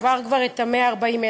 עבר כבר את ה-140,000.